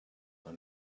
are